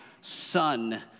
son